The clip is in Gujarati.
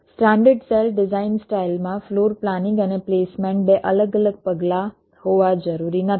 સ્ટાન્ડર્ડ સેલ ડિઝાઇન સ્ટાઇલમાં ફ્લોર પ્લાનિંગ અને પ્લેસમેન્ટ 2 અલગ અલગ પગલાં હોવા જરૂરી નથી